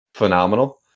Phenomenal